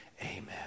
amen